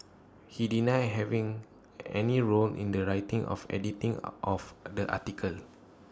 he denied having any role in the writing of editing of the articles